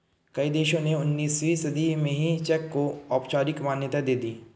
कई देशों ने उन्नीसवीं सदी में ही चेक को औपचारिक मान्यता दे दी